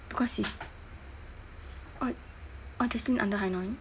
because it's all this thing under hai noi